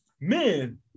Man